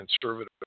conservative